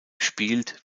spielt